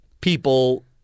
people